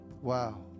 Wow